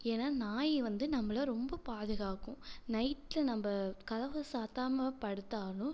ஏன்னால் நாய் வந்து நம்மளை ரொம்பப் பாதுகாக்கும் நைட்டில் நம்ம கதவை சாத்தாமல் படுத்தாலும்